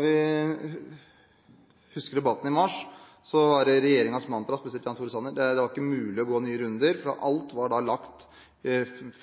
vi husker debatten i mars, var regjeringens – spesielt Jan Tore Sanners – mantra at det ikke var mulig å gå nye runder, fordi alt var lagt